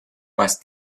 mas